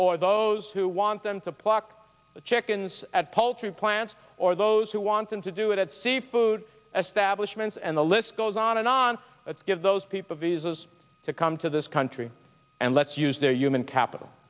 or those who want them to pluck the chickens at poultry plants or those who want them to do it at sea food establishments and the list goes on and on let's give those people visas to come to this country and let's use their human capital